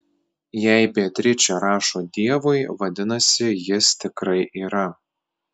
jei beatričė rašo dievui vadinasi jis tikrai yra